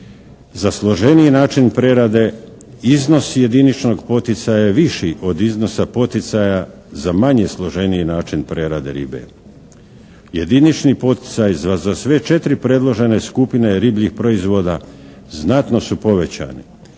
Za složeniji način prerade iznos jediničnog poticaja je viši od iznosa poticaja za manje složeniji način prerade ribe. Jedinični poticaj za sve četiri predložene skupine ribljih proizvoda znatno su povećani.